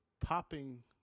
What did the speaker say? popping